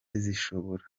zishobora